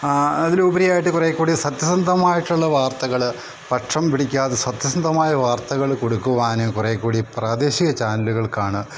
അതിൽ ഉപരി ആയിട്ട് കുറെ കൂടി സത്യസന്തമായിട്ടുള്ള വാർത്തകൾ പക്ഷം പിടിക്കാതെ സത്യസന്തമായ വാർത്തകൾ കൊടുക്കുവാൻ കുറെ കൂടി പ്രാദേശിക ചാനലുകൾക്കാണ്